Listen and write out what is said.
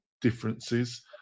differences